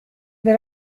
ver